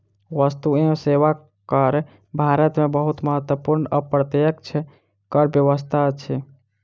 वस्तु एवं सेवा कर भारत में बहुत महत्वपूर्ण अप्रत्यक्ष कर व्यवस्था अछि